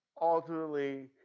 ultimately